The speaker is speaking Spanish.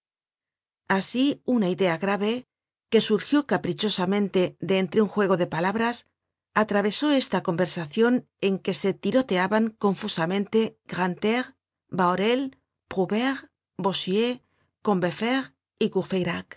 asi una idea grave que surgió caprichosamente de entre un juego de palabras atravesó esta conversacion en que se tiroteaban confusamente grantaire bahorel prouvaire bossuet